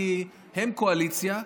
כי הם קואליציה,